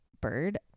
bird